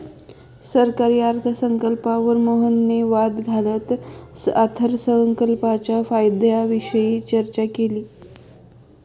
सरकारी अर्थसंकल्पावर मोहनने वाद घालत अर्थसंकल्पाच्या फायद्यांविषयी चर्चा केली